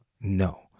No